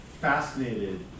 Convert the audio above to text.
fascinated